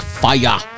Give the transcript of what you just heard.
Fire